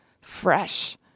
fresh